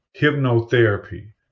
hypnotherapy